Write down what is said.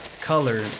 color